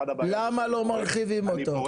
למה לא מרחיבים אותו?